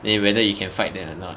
then whether you can fight them a not